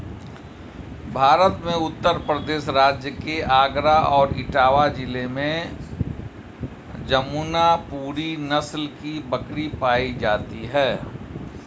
भारत में उत्तर प्रदेश राज्य के आगरा और इटावा जिले में जमुनापुरी नस्ल की बकरी पाई जाती है